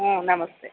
ಹಾಂ ನಮಸ್ತೆ